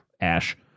Ash